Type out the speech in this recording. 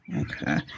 Okay